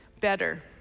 better